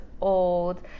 old